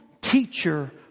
teacher